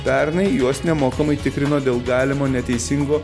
pernai juos nemokamai tikrino dėl galimo neteisingo